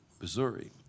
Missouri